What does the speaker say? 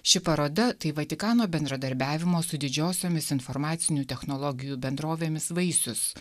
ši paroda tai vatikano bendradarbiavimo su didžiosiomis informacinių technologijų bendrovėmis vaisius